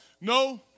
No